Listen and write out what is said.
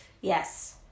Yes